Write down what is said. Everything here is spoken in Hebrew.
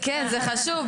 כן, זה חשוב.